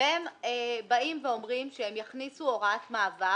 הם באים ואומרים שהם יכניסו הוראת מעבר